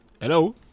hello